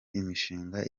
imishinga